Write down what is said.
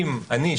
אם אני,